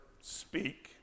Speak